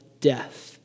death